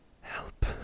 Help